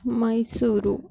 Mysuru